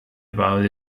about